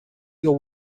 your